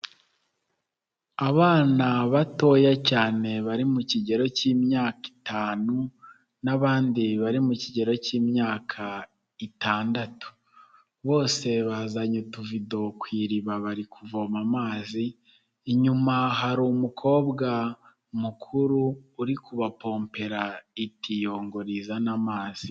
Abana batoya cyane, bari mu kigero cy'imyaka itanu, n'abandi bari mu kigero cy'imyaka itandatu. Bose bazanye utuvido ku iriba, bari kuvoma amazi, inyuma hari umukobwa mukuru uri kubapompera itiyo, ngo rizane amazi.